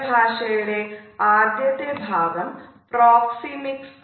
ശരീര ഭാഷയുടെ ആദ്യത്തെ ഭാഗം പ്രോക്സിമിക്സ് ആണ്